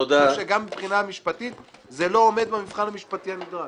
אני חושב שגם מבחינה משפטית זה לא עומד במבחן המשפטי הנדרש.